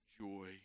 joy